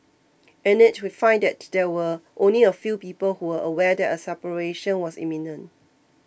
in it we find that there were only a few people who were aware that a separation was imminent